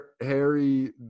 Harry